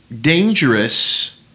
Dangerous